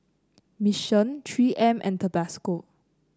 Mission Three M and Tabasco